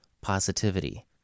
positivity